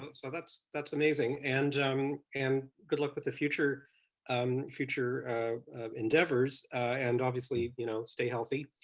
but so that's that's amazing. and um and good luck with the future um future endeavors and obviously you know stay healthy.